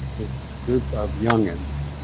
this groups of young'uns,